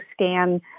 scan